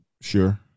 Sure